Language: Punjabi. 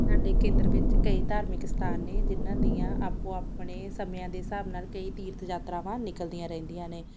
ਸਾਡੇ ਖੇਤਰ ਵਿੱਚ ਕਈ ਧਾਰਮਿਕ ਸਥਾਨ ਨੇ ਜਿਨਾਂ ਦੀਆਂ ਆਪੋ ਆਪਣੇ ਸਮਿਆਂ ਦੇ ਹਿਸਾਬ ਨਾਲ ਕਈ ਤੀਰਥ ਯਾਤਰਾਵਾਂ ਨਿਕਲਦੀਆਂ ਰਹਿੰਦੀਆਂ ਨੇ